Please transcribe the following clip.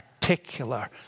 particular